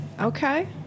Okay